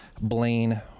Blaine